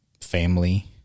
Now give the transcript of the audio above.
family